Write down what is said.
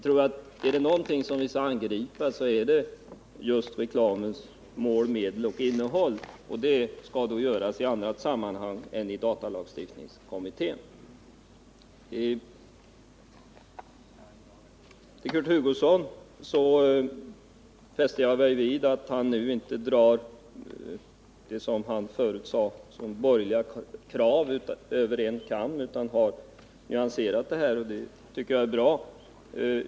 Är det någonting som vi skall angripa är det just reklamens mål, medel och innehåll, men det skall då göras på annat håll än i datalagstiftningskommittén. Jag fäste mig vid att Kurt Hugosson nu inte, som förut, drog de borgerliga kraven över en kam. Han har nyanserat sina uttalanden, och det tycker jag är bra.